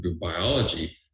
biology